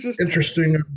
interesting